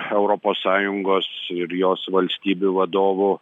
europos sąjungos ir jos valstybių vadovų